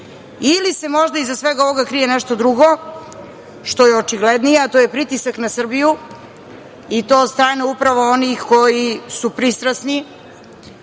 ili se možda iza svega ovoga krije nešto drugo, što je očiglednije, a to je pritisak na Srbiju i to od strane upravo onih koji su pristrasni,